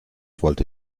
wollte